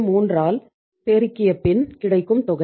03 ஆல் பெருக்கியப்பின் கிடைக்கும் தொகை